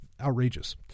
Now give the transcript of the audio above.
outrageous